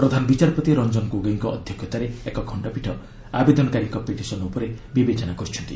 ପ୍ରଧାନ ବିଚାରପତି ରଞ୍ଜନ ଗୋଗୋଇଙ୍କ ଅଧ୍ୟକ୍ଷତାରେ ଏକ ଖଶ୍ଚପୀଠ ଆବେଦନକାରୀଙ୍କ ପିଟିସନ୍ ଉପରେ ବିବେଚନା କରିଛନ୍ତି